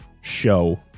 show